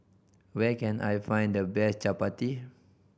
where can I find the best Chapati